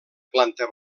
planta